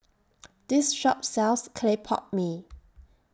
This Shop sells Clay Oot Mee